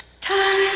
Time